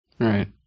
Right